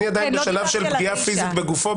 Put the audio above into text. אני עדיין בשלב של פגיעה פיזית בגופו,